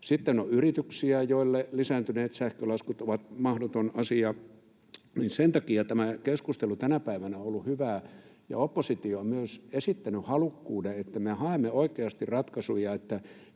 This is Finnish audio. Sitten on yrityksiä, joille lisääntyneet sähkölaskut ovat mahdoton asia. Sen takia tämä keskustelu tänä päivänä on ollut hyvää, ja oppositio on myös esittänyt halukkuuden, että me haemme oikeasti ratkaisuja